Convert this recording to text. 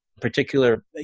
particular